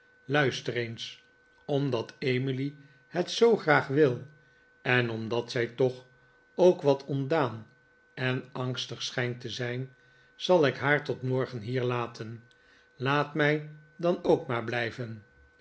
luister eens omdat emily het zoo graag wil en omdat zij toch ook wat ontdaan en angstig schijht te zijn zal ik haar tot morgen hier laten laat mij dan ook maar blijven